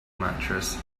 mattress